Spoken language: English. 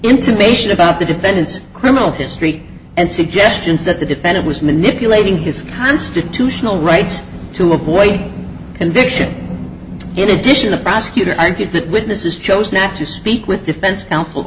intimation about the defendant's criminal history and suggestions that the defendant was manipulating his constitutional rights to avoid conviction in addition the prosecutor i think if that witnesses chose not to speak with defense counsel